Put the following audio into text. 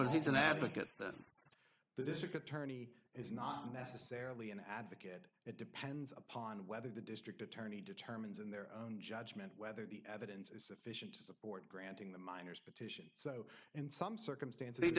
but he's an advocate that the district attorney is not necessarily an advocate it depends upon whether the district attorney determines in their own judgment whether the evidence is sufficient to support granting the minors petition so in some circumstances he